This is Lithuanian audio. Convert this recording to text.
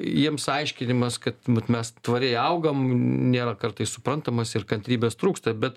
jiems aiškinimas kad mes tvariai augam nėra kartais suprantamas ir kantrybės trūksta bet